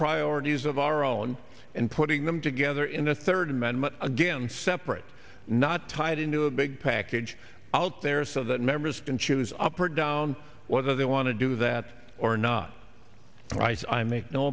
priorities of our own and putting them together in the third amendment again separate not tied into it package out there so that members can choose up or down whether they want to do that or not